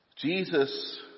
Jesus